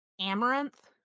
amaranth